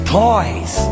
toys